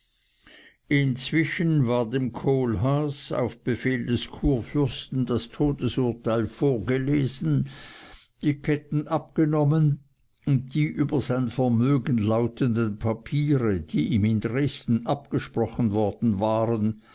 inzwischen war dem kohlhaas auf befehl des kurfürsten das todesurteil vorgelesen die ketten abgenommen und die über sein vermögen lautenden papiere die ihm in dresden abgesprochen worden waren